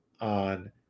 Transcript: on